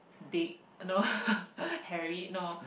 Dick no Harry no